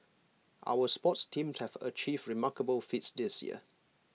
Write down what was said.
our sports teams have achieved remarkable feats this year